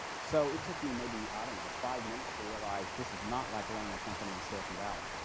so it took me maybe, i don't know, five minutes to realize, this is not like running a company in silicon valley.